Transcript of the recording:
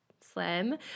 slim